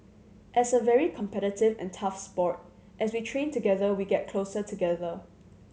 as a very competitive and tough sport as we train together we get closer together